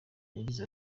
yagize